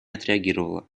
отреагировала